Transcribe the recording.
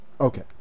Okay